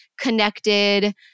connected